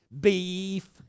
beef